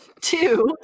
Two